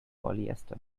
polyester